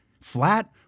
Flat